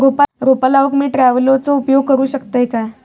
रोपा लाऊक मी ट्रावेलचो उपयोग करू शकतय काय?